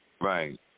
Right